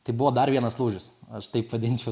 tai buvo dar vienas lūžis aš taip vadinčiau